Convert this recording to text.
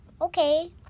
Okay